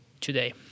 today